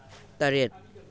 ꯇꯔꯦꯠ